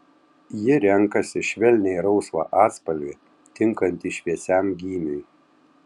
ji renkasi švelniai rausvą atspalvį tinkantį šviesiam gymiui